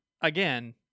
again